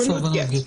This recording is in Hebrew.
מסרבנות גט.